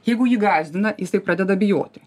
jeigu jį gąsdina jisai pradeda bijoti